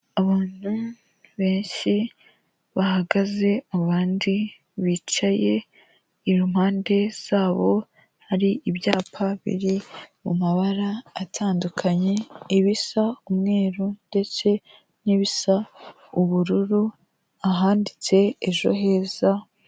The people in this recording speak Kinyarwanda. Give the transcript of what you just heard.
Abantu benshi bahagaze mubandi bicaye, impande zabo hari ibyapa biri mu mabara atandukanye ibisa umweru ndetse n'ibisa ubururu; ahanditse ejo heza.